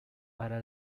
para